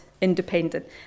independent